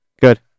good